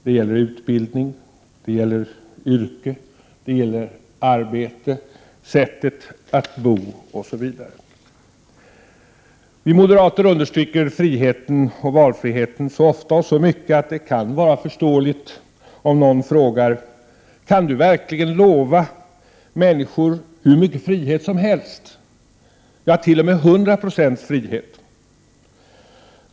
Det gäller utbildning, yrke, arbete, sättet att bo osv. Vi moderater understryker friheten och valfriheten så ofta och så mycket att det kan vara förståeligt om någon frågar: Kan du verkligen lova människor hur mycket frihet som helst, ja, t.o.m. 100 2 frihet?